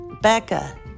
Becca